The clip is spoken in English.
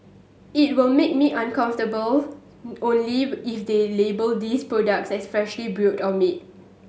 it will make me uncomfortable only if they label these products as freshly brewed or made